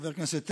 חבר הכנסת טסלר,